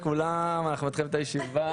שלום לכולם, אנחנו מתחילים את הישיבה.